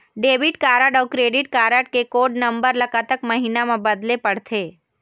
Debit card अऊ credit card के code number ला कतक महीना मा बदले पड़थे?